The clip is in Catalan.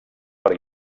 per